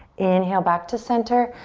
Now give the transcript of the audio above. inhale back to center.